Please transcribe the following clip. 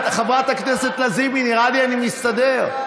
חברת הכנסת לזימי, נראה לי שאני מסתדר.